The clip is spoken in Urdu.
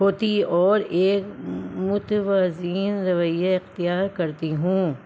ہوتی اور ایک متوازن رویے اختیار کرتی ہوں